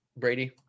Brady